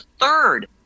third